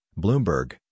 Bloomberg